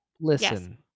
Listen